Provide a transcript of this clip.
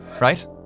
right